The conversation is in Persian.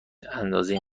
اندازه